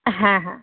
হ্যাঁ হ্যাঁ